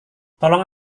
tolong